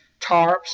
tarps